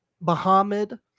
muhammad